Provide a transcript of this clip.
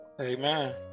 Amen